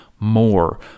More